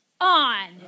on